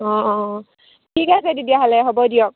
অঁ অঁ ঠিক আছে তেতিয়াহ'লে হ'ব দিয়ক